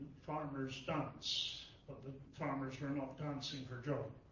farmers dance. but the farmers were not dancing for joy.